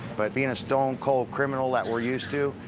but being a stone cold criminal that we're used to,